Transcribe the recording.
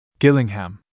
Gillingham